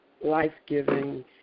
life-giving